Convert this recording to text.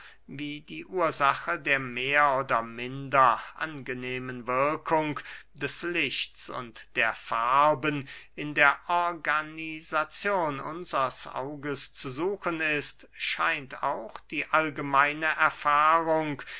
wie die ursache der mehr oder minder angenehmen wirkung des lichts und der farben in der organisazion unsers auges zu suchen ist scheint auch die allgemeine erfahrung